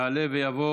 יעלה ויבוא